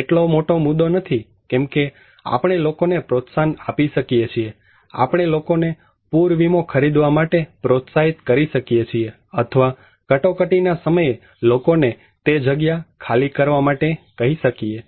એટલો મોટો મુદ્દો નથી કેમકે આપણે લોકોને પ્રોત્સાહન આપી શકીએઆપણે લોકોને પૂર વીમો ખરીદવા માટે પ્રોત્સાહિત કરી શકીએ છીએ અથવા કટોકટીના સમયે લોકોને તે જગ્યા ખાલી કરવા માટે કહી શકીએ